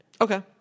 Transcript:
Okay